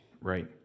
Right